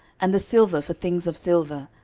and the silver for things of silver,